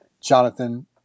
Jonathan